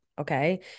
okay